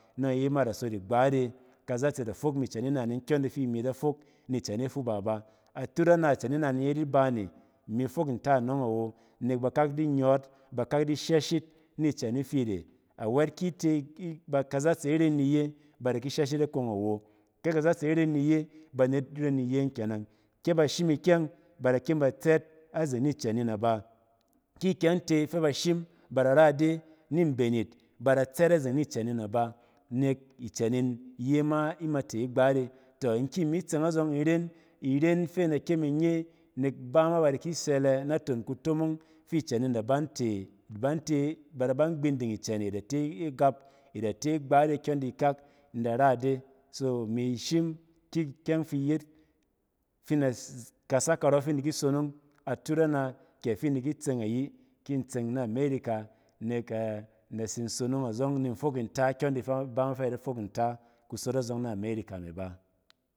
igbate, kazatse da fok ni icen inaming kyɔng di imi di fok ni ken ifuba ba, afat ana ken inan yet ibane in fok nta anɔng awo, nek bakau ki nyɔ yit, nakak di shesh yit ni iken ifiit e awet ke kazatse ren ni iye banet ren iye yɔng kenang, ke ba shim ikyɛng bar a ide ni mben, ba da tsɛt ide azeng ni mben yin ba nek icɛn yin iye ma imite igbat e, in ki mi tsen azong in ren ren fi in da kyem inye mok iba ma ba di sete naton kutomong fi kn yin da ang se da baute agap i de te igbate kyɔn di ikak fe bar a ide, imi shim ki ikyang fi iyet fi in di kaga kan fi in di ki sonong atut ana kin tsɛng sonong na amerika nek in da tsin sonong azong nin tok nta, kyɔn ti iba di fok nta azɔng na amerika me ba.